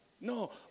no